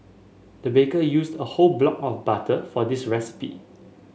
the baker used a whole block of butter for this recipe